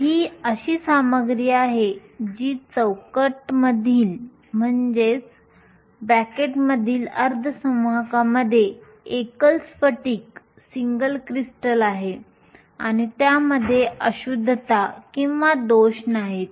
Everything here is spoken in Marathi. ही अशी सामग्री आहे जी चौकाटमधील अर्धसंवाहकांमध्ये एकल स्फटिक आहे आणि त्यामध्ये अशुद्धता किंवा दोष नाहीत